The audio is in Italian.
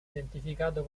identificato